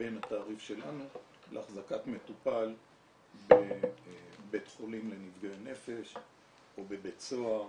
בין התעריף שלנו להחזקת מטופל בבית חולים לנפגעי נפש או בבית סהר,